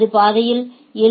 அது பாதையில் எ